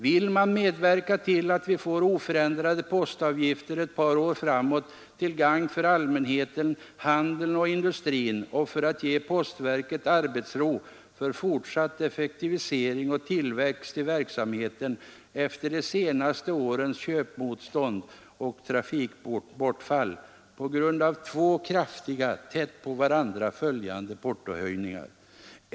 Vill man medverka till att vi får oförändrade postavgifter ett par år framåt, till gagn för allmänheten, handeln och industrin och för att ge postverket arbetsro för fortsatt effektivisering och tillväxt i verksamheten efter de senaste årens köpmotstånd och trafikbortfall på grund av två kraftiga, tätt på varandra följande portohöjningar?